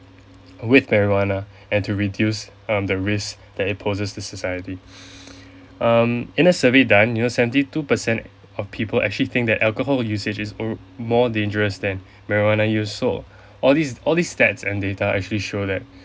with marijuana and to reduce um the risk that it poses to society um in a survey done you know seventy two percent of people actually think that alcohol usage is o~ more dangerous than marijuana use so all these all these stats and data actually show that